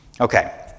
Okay